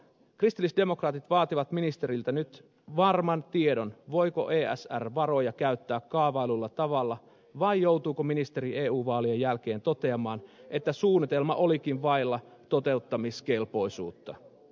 kristillisdemokraatit vaativat ministeriltä nyt varman tiedon voiko esr varoja käyttää kaavaillulla tavalla vai joutuuko ministeri eu vaalien jälkeen toteamaan että suunnitelma olikin vailla toteuttamiskelpoisuutta